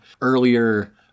earlier